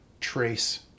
trace